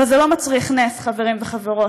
אבל זה לא מצריך נס, חברים וחברות,